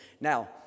Now